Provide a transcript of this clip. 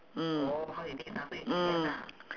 mm mm